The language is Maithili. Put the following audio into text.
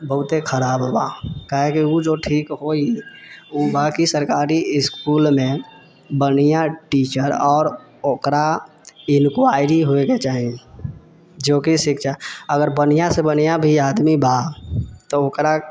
बहुते खराब बा काहेकि ओ जे ठीक होइ ओ बाकी सरकारी इसकुलमे बढ़िआँ टीचर आओर ओकरा इनक्वायरी होइके चाही जेकि शिक्षा अगर बढ़िआँसँ बढ़िआँ भी आदमी बा तऽ ओकरा